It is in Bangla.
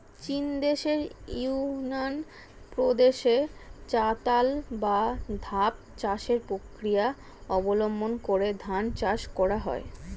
চীনদেশের ইউনান প্রদেশে চাতাল বা ধাপ চাষের প্রক্রিয়া অবলম্বন করে ধান চাষ করা হয়